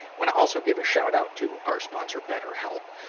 wanna also give a shout-out to our sponsor, betterhelp,